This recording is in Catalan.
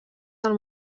del